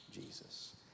Jesus